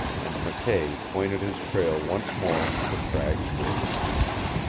and mckay pointed his trail once more for cragg's ridge.